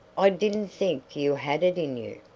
i didn't think you had it in you.